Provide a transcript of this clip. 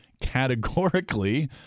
categorically